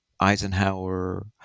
Eisenhower